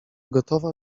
gotowa